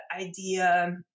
idea